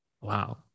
wow